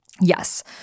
Yes